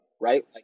right